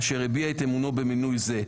אשר הביע את אמונו במינוי זה,